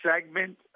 segment